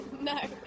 No